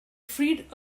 freed